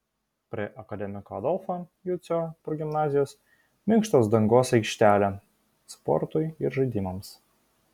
prie akademiko adolfo jucio progimnazijos minkštos dangos aikštelė sportui ir žaidimams